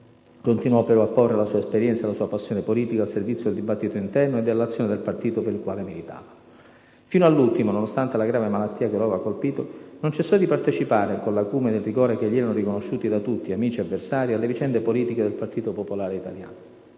continuò però a porre la sua esperienza e la sua passione politica al servizio del dibattito interno e dell'azione del partito per il quale militava. Fino all'ultimo, nonostante la grave malattia che lo aveva colpito, non cessò di partecipare - con l'acume ed il rigore che gli erano riconosciuti da tutti, amici ed avversari - alle vicende politiche del Partito Popolare Italiano.